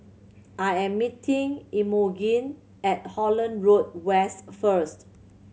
I am meeting Imogene at Holland Road West first